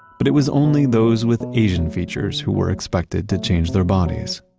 but it was only those with asian features who were expected to change their bodies